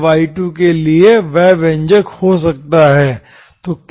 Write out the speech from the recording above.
यह y2 के लिए वह व्यंजक हो सकता है